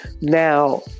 Now